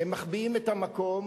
מחביאים את המקום,